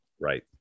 Right